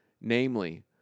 Namely